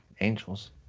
Angels